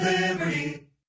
Liberty